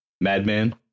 Madman